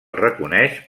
reconeix